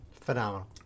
Phenomenal